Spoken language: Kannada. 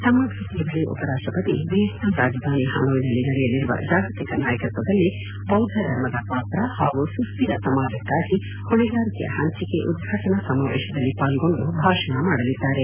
ತಮ್ನ ಭೇಟ ವೇಳೆ ಉಪರಾಷ್ಟಪತಿ ವಿಯಟ್ನಾಂ ರಾಜಧಾನಿ ಹನೊಯ್ನಲ್ಲಿ ನಡೆಯಲಿರುವ ಜಾಗತಿಕ ನಾಯಕತ್ವದಲ್ಲಿ ಬೌದ್ದ ಧರ್ಮದ ಪಾತ್ರ ಹಾಗೂ ಸುಸ್ವಿರ ಸಮಾಜಕ್ನಾಗಿ ಹೊಣೆಗಾರಿಕೆಯ ಹಂಚಿಕೆ ಉದ್ವಾಟನಾ ಸಮಾವೇಶದಲ್ಲಿ ಪಾರ್ಗೊಂಡು ಭಾಷಣ ಮಾಡಲಿದ್ದಾರೆ